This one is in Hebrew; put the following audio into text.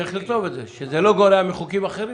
צריך לכתוב שזה לא גורע מחוקים אחרים.